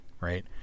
right